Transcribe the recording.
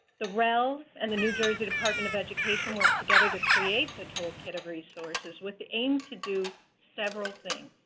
the rel and the new jersey department of education worked together to create the toolkit of resources with the aim to do several things.